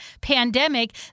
pandemic